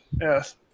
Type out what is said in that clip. Yes